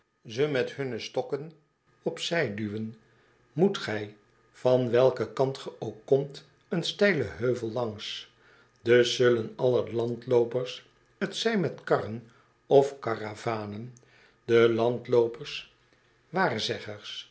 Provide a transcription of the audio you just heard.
ze met hunne stokken op zij duwen moet gij van welken kant ge ook komt een steilen heuvel langs dus zullen alle landloopers t zij met karren of karavanen de landloopers